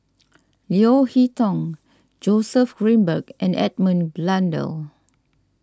Leo Hee Tong Joseph Grimberg and Edmund Blundell